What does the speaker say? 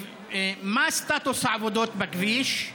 1. מה סטטוס העבודות בכביש?